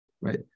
right